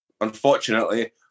unfortunately